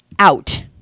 out